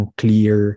clear